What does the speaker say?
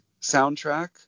soundtrack